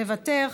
מוותר,